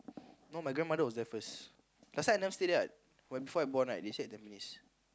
no my grandmother was there first last time I never stay there what when before I born right they stayed in Tampines